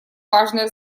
важное